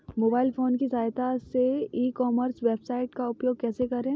Mobile phone की सहायता से ई कॉमर्स वेबसाइट का उपयोग कैसे करें?